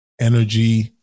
energy